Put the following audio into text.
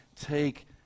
take